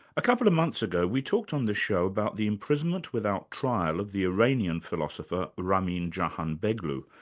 a couple of months ago, we talked on this show about the imprisonment without trial of the iranian philosopher ramin jahanbegloo,